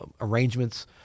arrangements